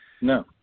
No